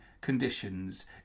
conditions